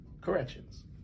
corrections